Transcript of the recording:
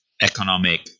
economic